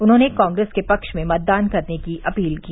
उन्होंने कॉंग्रेस के पक्ष में मतदान करने की अपील की